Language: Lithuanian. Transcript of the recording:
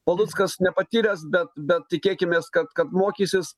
paluckas nepatyręs bet bet tikėkimės kad kad mokysis